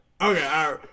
Okay